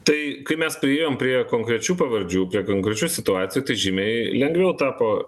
tai kai mes priėjom prie konkrečių pavardžių prie konkrečių situacijų tai žymiai lengviau tapo